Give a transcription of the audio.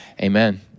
Amen